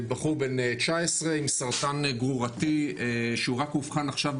בחור בן 19 עם סרטן גרורתי שהוא רק אובחן עכשיו,